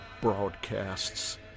broadcasts